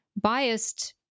biased